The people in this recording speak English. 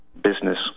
business